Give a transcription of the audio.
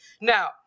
Now